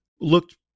looked